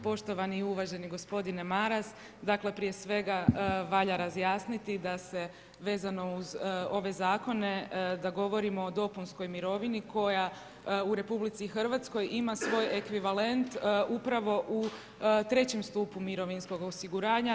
Poštovani i uvaženi gospodine Maras, dakle, prije svega valja razjasniti da se vezano uz ove zakone, da govorimo o dopunskoj mirovini koja u RH ima svoj ekvivalent upravo u III stupu mirovinskoga osiguranja.